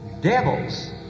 devils